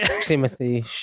Timothy